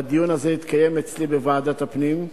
והדיון הזה התקיים אצלי בוועדת הפנים,